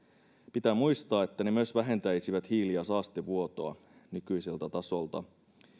pitää muistaa että ne myös vähentäisivät hiili ja saastevuotoa nykyiseltä tasolta